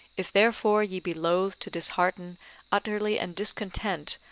if therefore ye be loath to dishearten utterly and discontent,